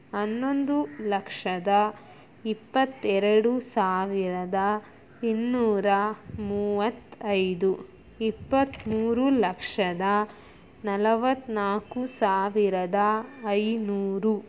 ಹನ್ನೊಂದು ಲಕ್ಷದ ಇಪ್ಪತ್ತೆರೆಡು ಸಾವಿರದ ಇನ್ನೂರ ಮೂವತ್ತೈದು ಇಪ್ಪತ್ತ್ಮೂರು ಲಕ್ಷದ ನಲವತ್ತ್ನಾಲ್ಕು ಸಾವಿರದ ಐನೂರು